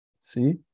See